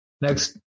next